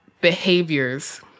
behaviors